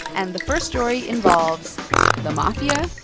and the first story involves the mafia,